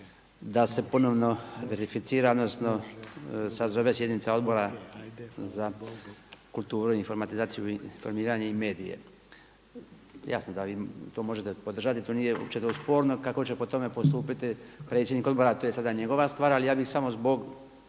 da se ponovno verificira, odnosno sazove sjednica Odbora za kulturu, informatizaciju, informiranje i medije. Jasno da vi to možete podržati, to nije uopće sporno kako će po tome postupiti predsjednik odbora to je sada njegova stvar. Ali ja bih samo zbog